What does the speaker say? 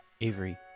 Avery